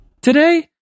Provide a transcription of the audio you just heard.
today